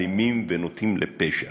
אלימים ונוטים לפשע.